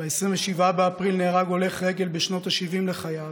ב-27 באפריל נהרג הולך רגל בשנות ה-70 לחייו,